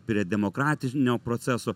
prie demokratinio proceso